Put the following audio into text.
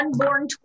unborn